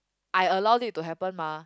I allow it to happen mah